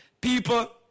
People